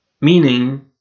Meaning